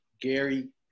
Gary